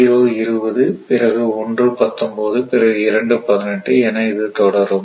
020 பிறகு 119 பிறகு 218 என இது தொடரும்